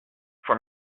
for